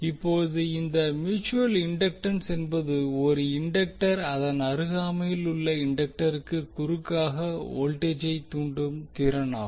இப்போது இந்த mutual inductance என்பது ஒரு இண்டக்டர் அதன் அருகாமையில் உள்ள இண்டக்டருக்கு குறுக்காக வோல்டேஜை தூண்டும் திறன் ஆகும்